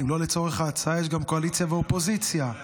לא לצורך ההצעה, יש גם קואליציה ואופוזיציה.